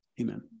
amen